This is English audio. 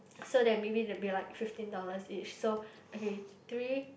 so that maybe there'll be like fifteen dollars each so okay th~ three